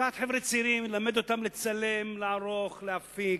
לקחת חבר'ה צעירים וללמד אותם לצלם, לערוך ולהפיק,